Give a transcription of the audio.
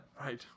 Right